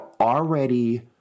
already